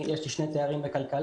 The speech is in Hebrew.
יש לי שני תארים בכלכלה,